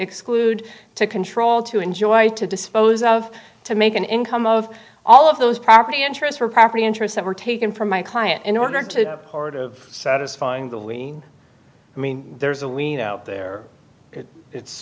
exclude to control to enjoy to dispose of to make an income of all of those property interests or property interests that were taken from my client in order to be a part of satisfying the lean i mean there's a wino out there it's